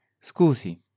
Scusi